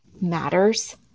matters